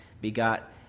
begot